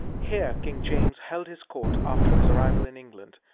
here king james held his court after his arrival in england,